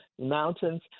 mountains